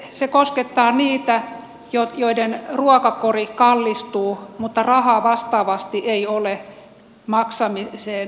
se koskettaa niitä joiden ruokakori kallistuu mutta rahaa vastaavasti ei ole maksamiseen